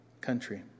country